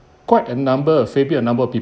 quite a number of maybe a number of